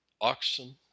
oxen